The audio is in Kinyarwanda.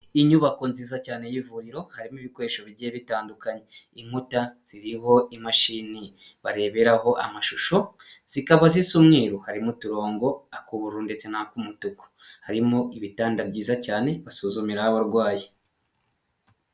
Inyubako nziza cyane y'ivuriro harimo ibikoresho bigiye bitandukanye, inkuta ziriho imashini bareberaho amashusho zikaba zisa umweru, harimo umuturongo akubururu ndetse n'ak'umutuku, harimo ibitanda byiza cyane basuzumira abarwayi.